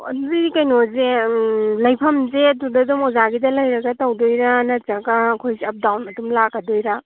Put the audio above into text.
ꯑꯣ ꯑꯗꯨꯗꯤ ꯀꯩꯅꯣꯁꯦ ꯂꯩꯐꯝꯁꯦ ꯑꯗꯨꯗ ꯑꯗꯨꯝ ꯑꯣꯖꯥꯒꯤꯗ ꯂꯩꯔꯒ ꯇꯧꯗꯣꯏꯔ ꯅꯠꯇ꯭ꯔꯒ ꯑꯩꯈꯣꯏꯁꯦ ꯑꯞ ꯗꯥꯎꯟ ꯑꯗꯨꯝ ꯂꯥꯛꯀꯗꯣꯏꯔ